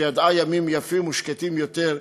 שידעה ימים יפים ושקטים יותר,